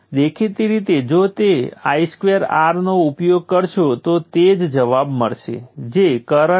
બીજી વાત હું ઉલ્લેખ કરવા માંગુ છું કે જો તમે પાવરના સરવાળાને શોષી લો તો પછી થી આપણે વિગતવાર વાત કરીશું તો સર્કિટ p1 p2